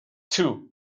two